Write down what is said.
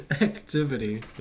activity